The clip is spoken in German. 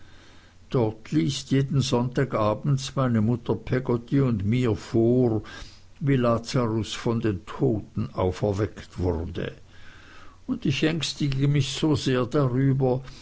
dort liest jeden sonntag abends meine mutter peggotty und mir vor wie lazarus von den toten auferweckt wurde und ich ängstige mich so sehr darüber